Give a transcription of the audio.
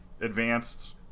advanced